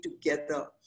together